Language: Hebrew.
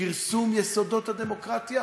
כרסום יסודות הדמוקרטיה.